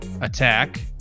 attack